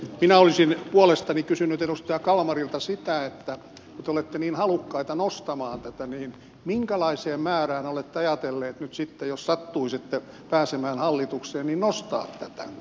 minä olisin puolestani kysynyt edustaja kalmarilta sitä kun te olette niin halukkaita nostamaan tätä minkälaiseen määrään olette ajatelleet nyt sitten jos sattuisitte pääsemään hallitukseen nostaa tätä